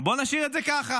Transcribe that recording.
בוא נשאיר את זה ככה.